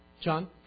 John